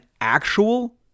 actual